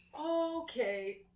Okay